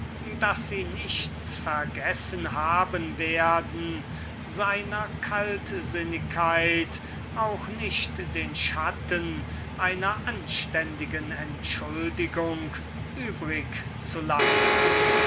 daß sie nichts vergessen haben werden seiner kaltsinnigkeit auch nicht den schatten einer anständigen entschuldigung übrig zu lassen